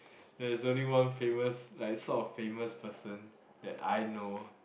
there's only one famous like sort of famous person that I know